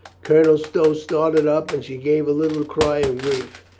colonel stow started up and she gave a little cry of grief.